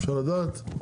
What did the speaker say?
אפשר לדעת?